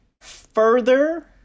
further